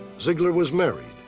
zeigler was married,